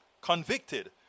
convicted